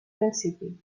principi